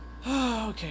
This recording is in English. Okay